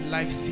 Life